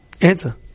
Answer